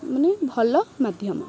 ମାନେ ଭଲ ମାଧ୍ୟମ